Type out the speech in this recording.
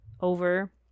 over